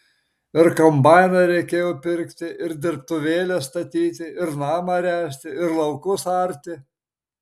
ir kombainą reikėjo pirkti ir dirbtuvėles statyti ir namą ręsti ir laukus arti